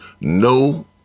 no